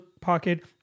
pocket